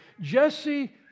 Jesse